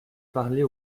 parler